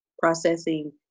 processing